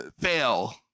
fail